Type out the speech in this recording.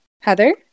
heather